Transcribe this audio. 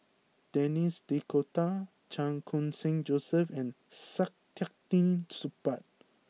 Denis D'Cotta Chan Khun Sing Joseph and Saktiandi Supaat